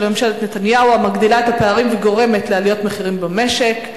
ממשלת נתניהו המגדילה את הפערים בחברה וגורמת לעליות מחירים במשק.